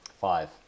Five